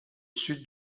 sud